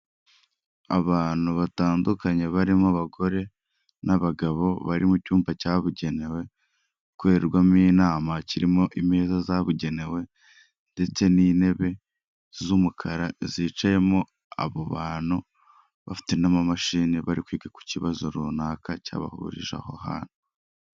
Abantu batandukanye barimo abagore n'abagabo bari mu cyumba cyabugenewe gukorerwamo inama kirimo ameza yabugenewe ndetse n'intebe z'umukara zicayemo abo bantu bafite n'ama mashini bari kwiga ku kibazo runaka cyabahurije aho hantu.